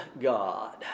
God